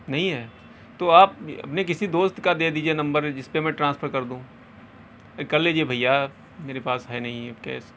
نہیں ہے تو آپ اپنے کسی دوست کا دے دیجیے نمبر جس پہ میں ٹرانسفر کر دوں کر لیجیے بھیا میرے پاس ہے نہیں کیش